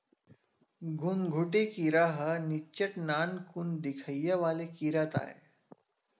घुनघुटी कीरा ह निच्चट नानकुन दिखइया वाले कीरा ताय